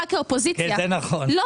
כאופוזיציה.